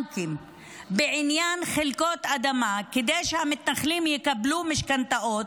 בעניין חלקות אדמה כדי שהמתנחלים יקבלו משכנתאות.